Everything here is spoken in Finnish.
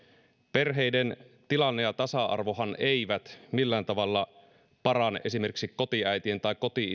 perheiden tilanne ja tasa arvohan eivät millään tavalla parane esimerkiksi kotiäitien tai koti